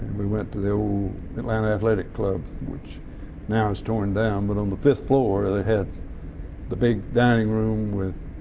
we went to the old atlanta athletic club, which now is torn down, but on the fifth floor and they had the big dining room with